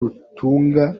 rutunga